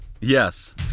Yes